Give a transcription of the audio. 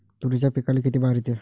तुरीच्या पिकाले किती बार येते?